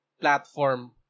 platform